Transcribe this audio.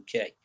UK